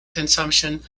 consumption